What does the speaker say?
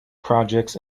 projects